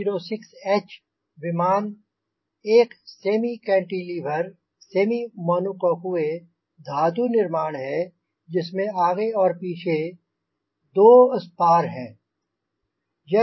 Cessna 206 H विमान wing एक semi cantilever semi monocoque धातु निर्माण है जिसमें आगे और पीछे दो स्पार हैं